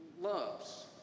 loves